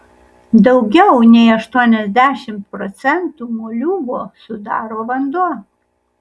daugiau nei aštuoniasdešimt procentų moliūgo sudaro vanduo